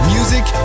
Music